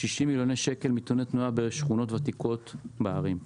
60 מיליון שקלים נתוני תנועה בשכונות ותיקות בערים,